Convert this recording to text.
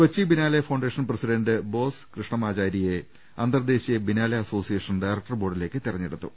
Kochi biennale foundation president Bose കൃഷ്ണമാ ചാരിയെ അന്തർദേശീയ ബിനാലെ അസോസിയേഷൻ ഡയറക്ടർ ബോർഡിലേക്ക് തെരഞ്ഞെടുത്തു